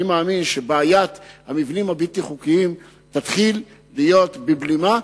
אני מאמין שבעיית המבנים הבלתי-חוקיים תתחיל להיות בבלימה,